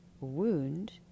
wound